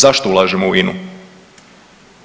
Zašto ulažemo u INA-u?